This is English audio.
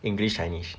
english chinese